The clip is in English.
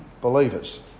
believers